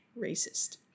racist